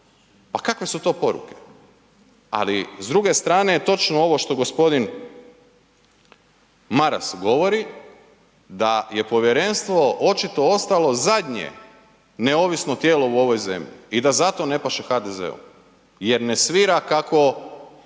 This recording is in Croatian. Pa kakve su to poruke. Ali s druge strane je točno ovo što gospodin Maras govori da je povjerenstvo očito ostalo zadnje neovisno tijelo u ovoj zemlji i da zato ne paše HDZ-u jer ne svira kako,